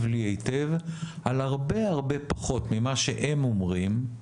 לי היטב על הרבה הרבה פחות ממה שהם אומרים,